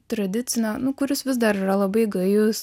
tradicinio nu kuris vis dar yra labai gajus